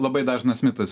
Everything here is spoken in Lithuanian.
labai dažnas mitas